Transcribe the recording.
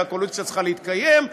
והקואליציה צריכה להתקיים,